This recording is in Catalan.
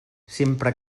sempre